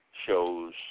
Shows